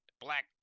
Black